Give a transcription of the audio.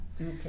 Okay